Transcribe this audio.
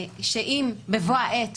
אם בבוא העת